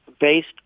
based